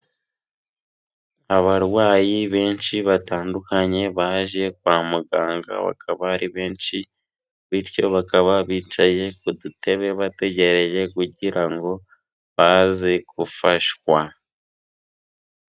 Abarwayi benshi batandukanye baje kwa muganga, bakaba ari benshi bityo bakaba bicaye ku dutebe bategereje kugira ngo baze gufashwa.